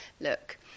look